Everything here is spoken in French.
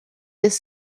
des